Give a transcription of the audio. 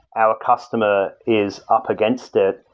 our customer is up against it.